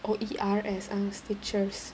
oh E R S um stitchers